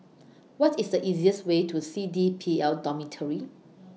What IS The easiest Way to C D P L Dormitory